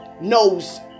knows